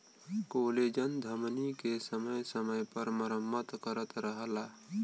collagen धमनी के समय समय पर मरम्मत करत रहला